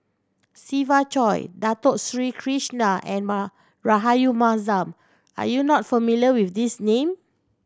Siva Choy Dato Sri Krishna and Rahayu Mahzam are you not familiar with these name